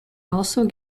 also